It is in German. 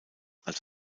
als